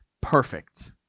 perfect